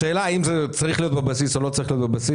האם זה צריך להיות בבסיס או לא צריך להיות בבסיס,